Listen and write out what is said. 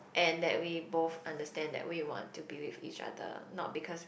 and that we both understand that we want to be with each other not because we